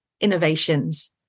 innovations